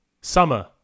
Summer